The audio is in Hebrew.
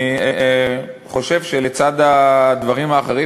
אני חושב שלצד הדברים האחרים,